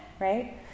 right